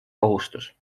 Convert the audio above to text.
kohustus